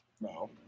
No